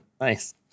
Nice